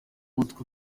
utwo